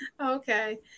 okay